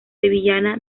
sevillana